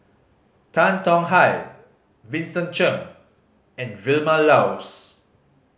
Tan Tong Hye Vincent Cheng and Vilma Laus